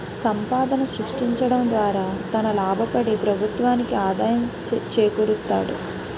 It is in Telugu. సంపాదన సృష్టించడం ద్వారా తన లాభపడి ప్రభుత్వానికి ఆదాయం చేకూరుస్తాడు